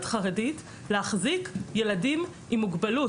חרדית עם יכולת להחזיק ילדים עם מוגבלות.